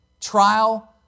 trial